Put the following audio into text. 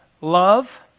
love